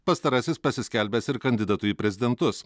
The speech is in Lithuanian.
pastarasis pasiskelbęs ir kandidatu į prezidentus